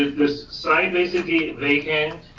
this site basically vacant,